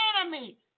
enemy